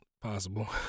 possible